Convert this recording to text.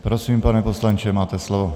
Prosím, pane poslanče, máte slovo.